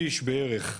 שליש, בערך,